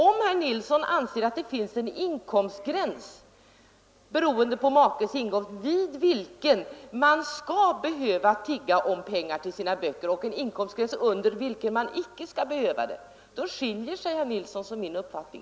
Om herr Nilsson anser att det när det gäller makes inkomst finns en gräns över vilken man skall behöva tigga om pengar till sina böcker — och under vilken man inte skall behöva göra det — skiljer sig herr Nilssons och min uppfattning.